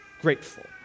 grateful